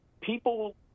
people